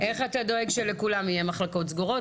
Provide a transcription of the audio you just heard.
סרגיי, איך אתה דואג שלכולם יהיו מחלקות סגורות?